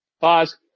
Pause